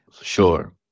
sure